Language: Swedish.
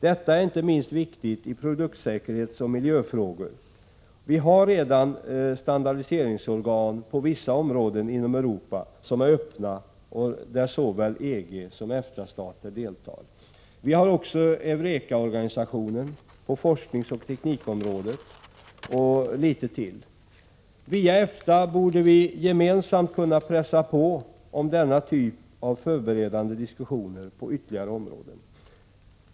Detta är inte minst viktigt i produktsäkerhetsoch miljöfrågor. Vi har redan standardiseringsorgan på vissa områden inom Europa som är öppna och där såväl EG som EFTA-stater deltar. Vi har också Eureka-organisationen på forskningsoch teknikområdet och litet till. Via EFTA borde vi gemensamt kunna pressa på om denna typ av förberedande diskussioner på ytterligare områden.